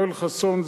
יואל חסון,